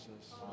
Jesus